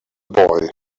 boy